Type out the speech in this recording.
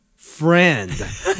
friend